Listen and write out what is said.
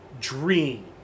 dream